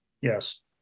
Yes